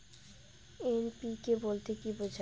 NPK বলতে কী বোঝায়?